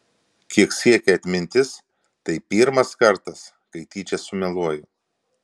kiek siekia atmintis tai pirmas kartas kai tyčia sumeluoju